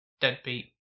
deadbeat